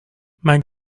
mijn